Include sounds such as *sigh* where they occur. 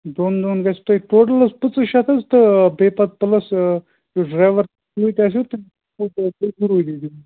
دۄن دۄہَن گژھِو تُہۍ ٹوٹَل حظ پٕنٛژٕ شَتھ حظ تہٕ بیٚیہِ پَتہٕ پُلَس یُس ڈرٛایوَر سۭتۍ آسوٕ *unintelligible* ضروٗری دِیُن